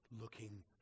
looking